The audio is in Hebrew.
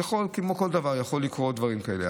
כמו כל דבר, יכולים לקרות דברים כאלה.